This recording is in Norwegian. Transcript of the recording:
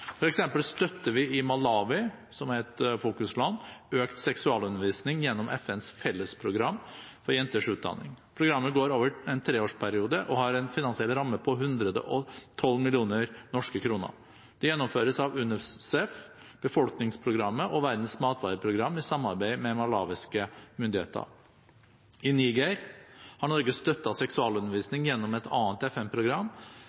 støtter vi i Malawi, som er et fokusland, økt seksualundervisning gjennom FNs fellesprogram for jenters utdanning. Programmet går over en treårsperiode og har en finansiell ramme på 112 millioner norske kroner. Det gjennomføres av UNICEF, Befolkningsprogrammet og Verdens matvareprogram, i samarbeid med malawiske myndigheter. I Niger har Norge støttet seksualundervisning gjennom et annet